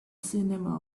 cinema